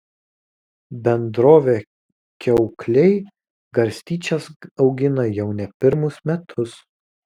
bendrovė kiaukliai garstyčias augina jau ne pirmus metus